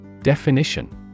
Definition